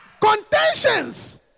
Contentions